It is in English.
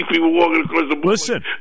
Listen